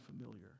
familiar